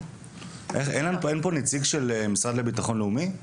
אין פה נציג של המשרד לביטחון לאומי?